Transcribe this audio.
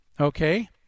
Okay